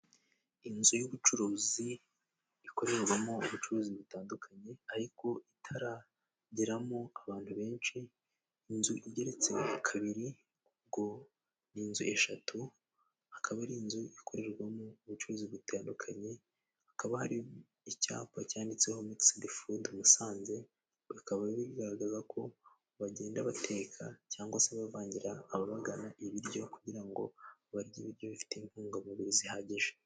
inzu y'ubucuruzi ikorerwamo ubucuruzi butandukanye ariko itarageramo abantu benshi. Inzu igeretse kabiri, ubwo ni inzu eshatu, hakaba ari inzu ikorerwamo ubucuruzi butandukanye, hakaba hari icyapa cyanditseho mekisedefudu Musanze, bikaba bigaragaza ko bagenda bateka cyangwa se bavangira ababagana ibiryo kugira ngo barye ibiryo bifite intungamubiri zihagije.